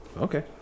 Okay